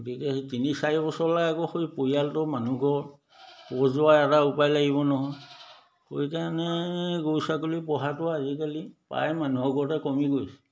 গতিকে সেই তিনি চাৰি বছৰলৈ আকৌ সেই পৰিয়ালটো মানুহঘৰ পোহ যোৱা এটা উপায় লাগিব নহয় সেইকাৰণে গৰু ছাগলী পোহাটো আজিকালি প্ৰায় মানুহৰ ঘৰতে কমি গৈছে